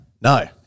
No